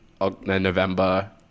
November